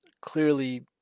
clearly